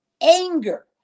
anger